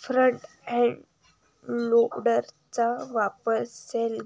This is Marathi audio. फ्रंट एंड लोडरचा वापर सैल